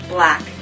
Black